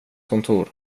kontor